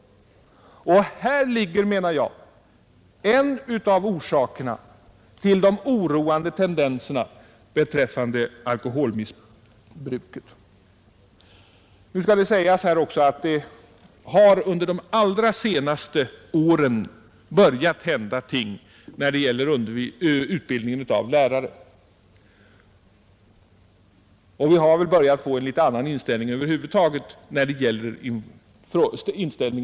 Och här ligger, menar jag, en av orsakerna till de oroande tendenserna beträffande alkoholmissbruket. Nu skall det sägas att det under de allra senaste åren börjat hända ting när det gäller utbildningen av lärare, och vi har väl börjat få en litet annan inställning över huvud taget till informationen.